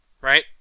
right